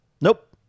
nope